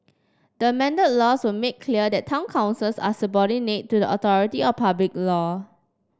the amended laws will make clear that town councils are subordinate to the authority of public law